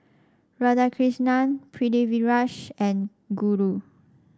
Radhakrishnan Pritiviraj and Guru